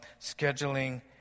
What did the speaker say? scheduling